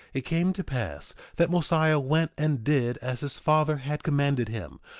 it came to pass that mosiah went and did as his father had commanded him,